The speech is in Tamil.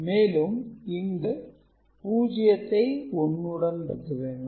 மேலும் இங்கு 0 வை 1 உடன் பெருக்க வேண்டும்